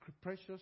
precious